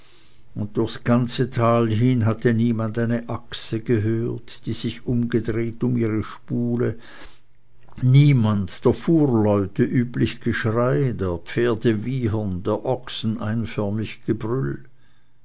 und durchs ganze tal hin hatte niemand eine achse gehört die sich umgedreht um ihre spule niemand der fuhrleute üblich geschrei der pferde wiehern der ochsen einförmig gebrüll